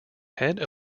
head